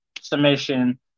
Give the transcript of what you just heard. submission